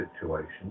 situation